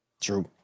True